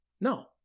No